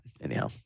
anyhow